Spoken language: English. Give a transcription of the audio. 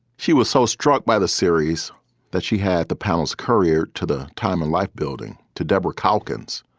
she was so struck by the series that she had the palace career to the time life building. to deborah caulkins,